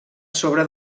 sobre